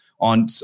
on